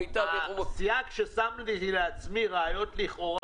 הסייג ששמתי ואמרתי ראיות לכאורה,